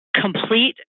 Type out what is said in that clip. complete